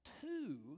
two